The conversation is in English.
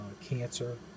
cancer